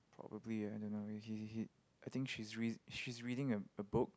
probably I don't know he he he I think she's re~ she is reading a a book